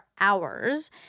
hours